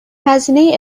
هزینه